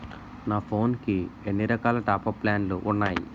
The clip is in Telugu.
నా ఫోన్ కి ఎన్ని రకాల టాప్ అప్ ప్లాన్లు ఉన్నాయి?